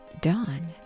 Dawn